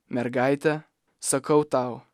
mergaite sakau tau